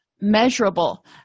measurable